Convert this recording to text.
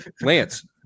Lance